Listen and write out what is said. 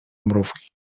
mrówki